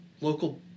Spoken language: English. local